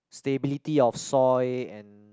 stability of soil and